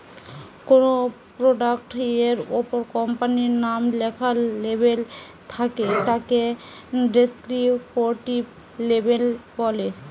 কোনো প্রোডাক্ট এর উপর কোম্পানির নাম লেখা লেবেল থাকে তাকে ডেস্ক্রিপটিভ লেবেল বলে